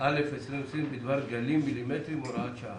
התשפ"א-2020 בדבר גלים מילימטריים (הוראת שעה).